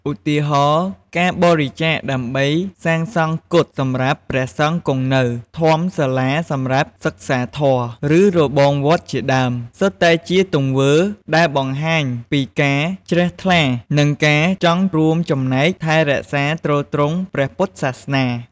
ឧទាហរណ៍ ការបរិច្ចាគដើម្បីសាងសង់កុដិសម្រាប់ព្រះសង្ឃគង់នៅ ធម្មសាលាសម្រាប់សិក្សាធម៌ ឬរបងវត្តជាដើម សុទ្ធតែជាទង្វើដែលបង្ហាញពីការជ្រះថ្លា និងការចង់រួមចំណែកថែរក្សាទ្រទ្រង់ព្រះពុទ្ធសាសនា។